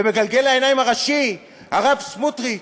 ומגלגל העיניים הראשי, הרב סמוטריץ,